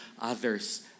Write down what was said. others